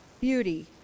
beauty